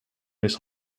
this